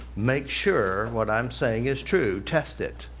make sure what i'm saying is true. test it.